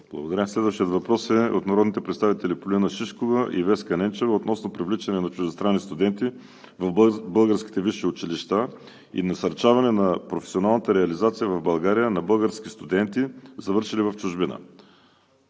СИМЕОНОВ: Следващият въпрос е от народните представители Полина Шишкова и Веска Ненчева относно привличане на чуждестранни студенти в българските висши училища и насърчаване на професионалната реализация в България на български студенти, завършили в чужбина.